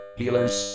healers